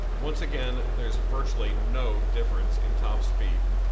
once again, there is virtually no difference in top speed.